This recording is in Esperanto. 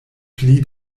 pli